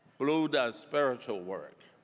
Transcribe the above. bluu does spiritual work.